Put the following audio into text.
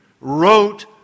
wrote